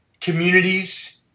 communities